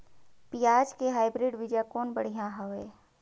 पियाज के हाईब्रिड बीजा कौन बढ़िया हवय?